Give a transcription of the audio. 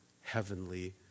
heavenly